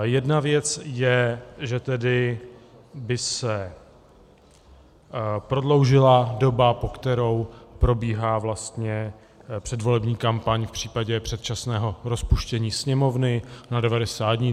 Jedna věc je, že tedy by se prodloužila doba, po kterou probíhá předvolební kampaň v případě předčasného rozpuštění Sněmovny, na 90 dní.